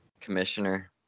Commissioner